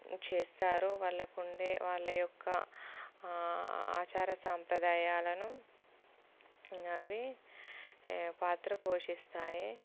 చేస్తారు వాళ్ళకు ఉండే వాళ్ళ యొక్క ఆచార సాంప్రదాయాలను అవి పాత్ర పోషిస్తాయి